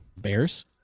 Bears